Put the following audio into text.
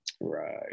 right